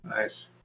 Nice